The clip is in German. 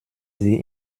sie